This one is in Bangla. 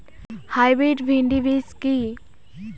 হাইব্রিড ভীন্ডি বীজ কি?